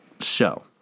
show